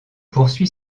poursuit